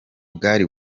bwari